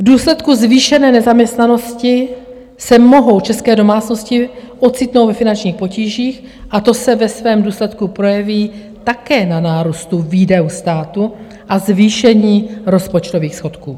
V důsledku zvýšené nezaměstnanosti se mohou české domácnosti ocitnout ve finančních potížích a to se ve svém důsledku projeví také na nárůstu výdajů státu a zvýšení rozpočtových schodků.